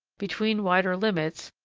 between wider limits,